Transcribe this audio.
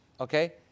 okay